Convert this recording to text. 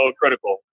critical